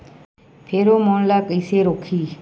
Pheromone ला कइसे रोकही?